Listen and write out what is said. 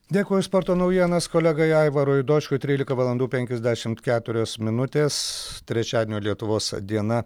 dėkoju už sporto naujienos kolegai aivarui dočkui trylika valandų penkiasdešimt keturios minutės trečiadienio lietuvos diena